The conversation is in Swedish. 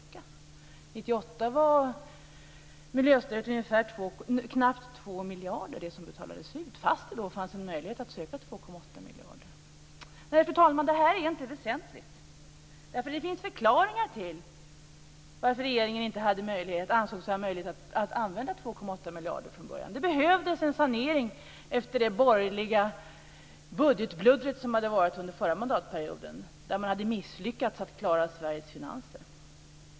1998 var det miljöstöd som betalades ut knappt 2 miljarder, fast det då fanns en möjlighet att söka 2,8 miljarder. Nej, fru talman, det här är inte väsentligt, därför att det finns förklaringar till varför regeringen inte ansåg sig ha möjlighet att använda 2,8 miljarder från början. Det behövdes en sanering efter det borgerliga budgetbluddret som hade varit under förra mandatperioden, då man hade misslyckats med att klara Sveriges finanser.